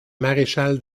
maréchal